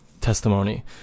Testimony